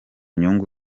nyungu